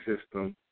system